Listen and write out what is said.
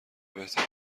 بهترین